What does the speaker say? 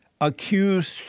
accused